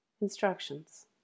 Instructions